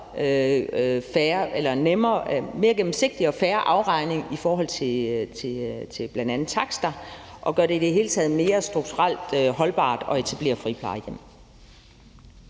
mere gennemsigtig og fair afregning i forhold til bl.a. takster og i det hele taget gør det mere strukturelt holdbart at etablere friplejehjem.